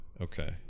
Okay